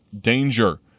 danger